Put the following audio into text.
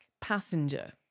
Passenger